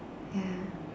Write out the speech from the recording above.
ya